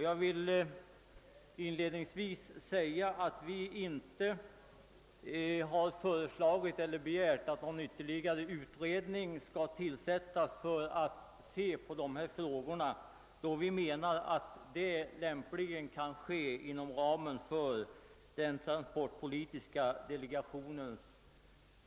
Jag vill inledningsvis säga att vi inie har föreslagit eller begärt att någon ytterligare utredning skall tillsättas för att överväga dessa frågor. Vi menar nämligen att det lämpligen kan ske inom ramen för den trafikpolitiska delegationens